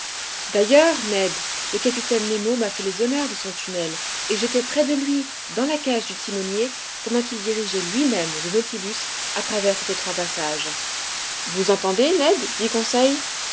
d'ailleurs ned le capitaine nemo m'a fait les honneurs de son tunnel et j'étais près de lui dans la cage du timonier pendant qu'il dirigeait lui-même le nautilus à travers cet étroit passage vous entendez ned dit conseil